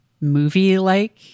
movie-like